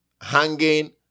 hanging